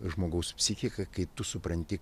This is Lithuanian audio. žmogaus psichiką kai tu supranti